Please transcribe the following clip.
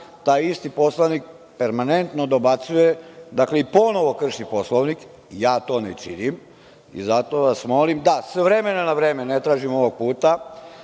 taj isti poslanik permanentno dobacuje, dakle, i ponovo krši Poslovnik. Ja to ne činim i zato vas molim da s vremena na vreme, ne tražim ovog puta,